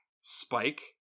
Spike